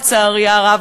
לצערי הרב,